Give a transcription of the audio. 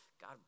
God